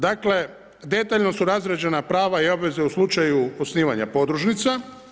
Dakle, detaljno su razrađena prava i obveze u slučaju osnivanja podružnica.